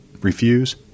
Refuse